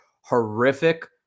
horrific